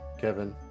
Kevin